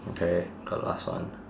okay got last one